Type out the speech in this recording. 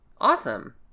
awesome